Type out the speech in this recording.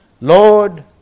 Lord